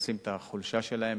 מנצלים את החולשה שלהם,